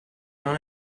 non